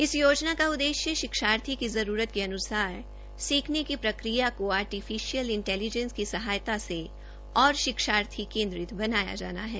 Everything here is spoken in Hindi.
इस योजना का उद्देश्य शिक्षार्थी की जरूरत के अनुसार सीखने की प्रक्रिया को आर्टिफीशयल इंटैलीजेंस की सहायता से और शिक्षार्थी केन्द्रित बनाया जाना है